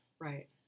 Right